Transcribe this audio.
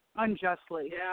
Unjustly